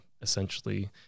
essentially